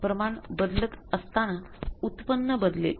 प्रमाण बदलत असताना उत्पन्न बदलेल